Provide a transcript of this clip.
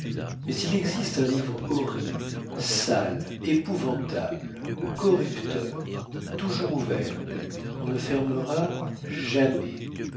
mais il existe un livre horrible sale épouvantable corrupteur toujours ouvert qu'on ne fermera jamais